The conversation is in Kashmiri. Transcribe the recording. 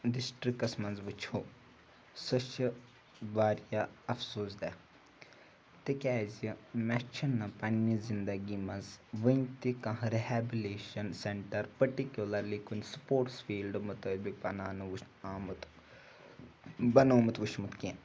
ڈِسٹِرٛکَس منٛز وٕچھو سُہ چھِ واریاہ اَفسوٗس دہ تِکیٛازِ مےٚ چھِنہٕ پنٛنہِ زِندگی منٛز وٕنۍ تہِ کانٛہہ رِہیبلیشَن سٮ۪نٹَر پٔٹِکیوٗلَرلی کُنہِ سپوٹٕس فیٖلڈٕ مُطٲبق بناونہٕ وٕچھنہٕ آمُت بَنوومُت وٕچھمُت کینٛہہ